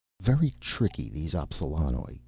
very tricky, these appsalanoj,